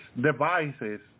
devices